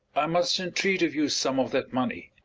i must entreat of you some of that money.